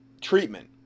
treatment